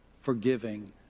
forgiving